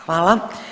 Hvala.